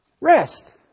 rest